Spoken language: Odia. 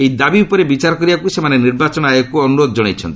ଏହି ଦାବି ଉପରେ ବିଚାର କରିବାକୁ ସେମାନେ ନିର୍ବାଚନ ଆୟୋଗକୁ ଅନୁରୋଧ ଜଣାଇଛନ୍ତି